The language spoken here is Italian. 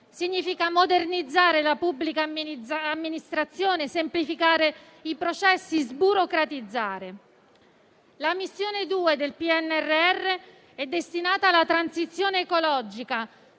Significa modernizzare la pubblica amministrazione, semplificare i processi, sburocratizzare. La missione 2 del PNRR è destinata alla transizione ecologica,